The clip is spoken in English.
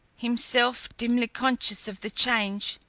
himself dimly conscious of the change,